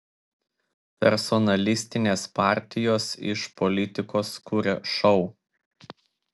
personalistinės partijos iš politikos kuria šou